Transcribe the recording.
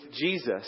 Jesus